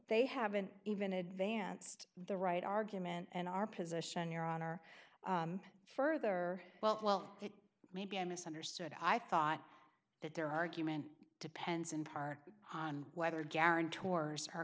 they haven't even advanced the right argument and our position your honor further well maybe i misunderstood i thought that their argument depends in part on whether guarantors are